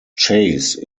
chase